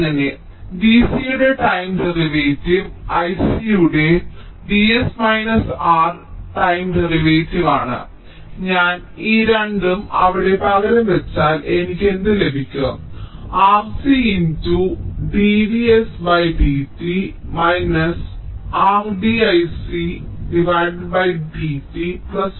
അങ്ങനെ V c യുടെ time derivative I c യുടെ V s R time derivative ആണ് ഞാൻ ഈ രണ്ടും അവിടെ പകരം വെച്ചാൽ എനിക്ക് എന്ത് ലഭിക്കും RC × dvs dt R d I c dt V c